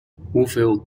hoeveel